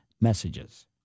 messages